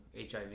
HIV